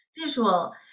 visual